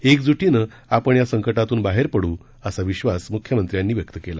एकज्टीने आपण या संकटातून बाहेर पडू असा विश्वास मुख्यमंत्र्यांनी व्यक्त केला